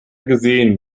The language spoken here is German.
gesehen